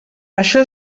això